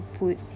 put